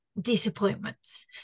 disappointments